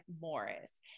Morris